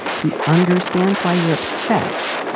he understands why you're upset.